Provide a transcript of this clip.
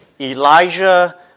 Elijah